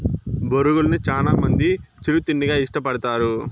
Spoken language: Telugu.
బొరుగులను చానా మంది చిరు తిండిగా ఇష్టపడతారు